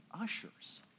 ushers